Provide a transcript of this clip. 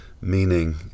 meaning